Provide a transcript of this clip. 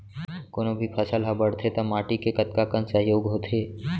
कोनो भी फसल हा बड़थे ता माटी के कतका कन सहयोग होथे?